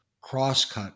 crosscut